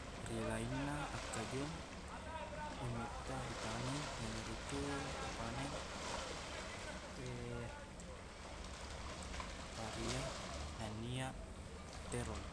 Rilainna akkajung iye metta itaneng iyanaritu ipaneng paria nannia terong